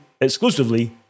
exclusively